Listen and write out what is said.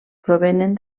provenen